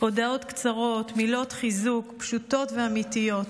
הודעות קצרות, מילות חיזוק פשוטות ואמיתיות.